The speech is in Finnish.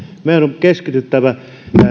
meidän on keskityttävä